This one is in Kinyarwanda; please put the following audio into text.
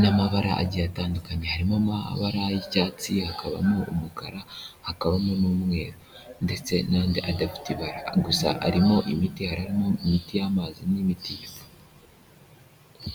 n'amabara agiye atandukanye, harimo amabara y'icyatsi, hakabamo umukara, hakabamo n'umweru ndetse n'andi adafite ibara, gusa harimo imiti, harimo imiti y'amazi n'imiti y'ifu.